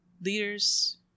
leaders